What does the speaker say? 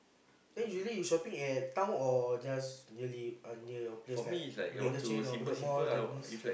then usually you shopping at town or just really near your place like Bedok interchange or Bedok Mall Tampines